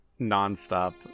nonstop